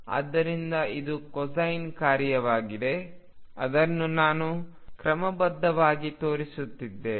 ಆದ್ದರಿಂದ ಇದು ಕೊಸೈನ್ ಕಾರ್ಯವಾಗಿದೆ ಅದನ್ನು ನಾನು ಕ್ರಮಬದ್ಧವಾಗಿ ತೋರಿಸುತ್ತೇನೆ